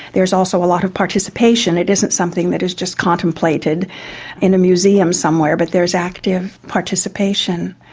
there's also a lot of participation. it isn't something that is just contemplated in a museum somewhere, but there is active participation.